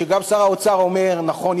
שגם שר האוצר אומר עליו: נכון,